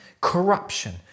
Corruption